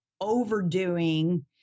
overdoing